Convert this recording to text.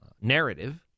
narrative